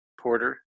Porter